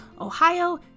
Ohio